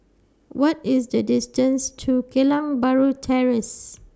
What IS The distance to Geylang Bahru Terrace